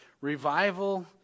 revival